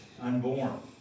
unborn